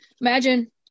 imagine